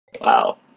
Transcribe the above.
Wow